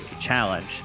challenge